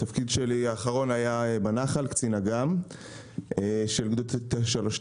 התפקיד האחרון שלי היה בנח"ל קצין אג"ם של גדוד 932,